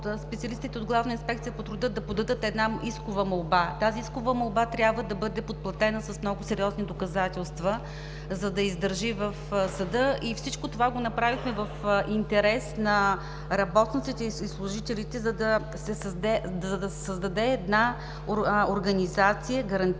специалистите от „Главна инспекция по труда“ да подадат искова молба. Тази искова молба трябва да бъде подплатена с много сериозни доказателства, за да издържи в съда. Всичко това направихме в интерес на работниците и служителите, за да се създаде организация, гарантираща